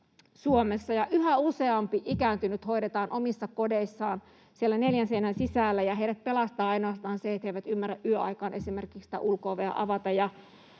yhä useampi ikääntynyt hoidetaan omissa kodeissaan siellä neljän seinän sisällä, ja heidät pelastaa ainoastaan se, että he esimerkiksi eivät ymmärrä yöaikaan ulko-ovea avata